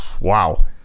Wow